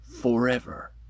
forever